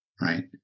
right